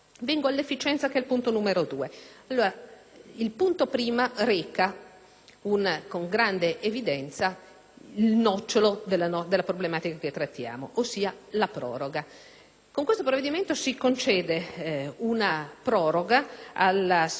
con grande evidenza, il nocciolo della problematica che trattiamo, ossia la proroga. Con il provvedimento in esame si concede una proroga alla SISAL S.p.A per la gestione di una serie di attività.